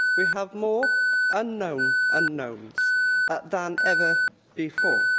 we have more unknown unknowns than ever before.